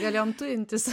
galėjom tujintis